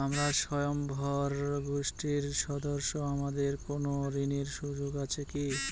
আমরা স্বয়ম্ভর গোষ্ঠীর সদস্য আমাদের কোন ঋণের সুযোগ আছে কি?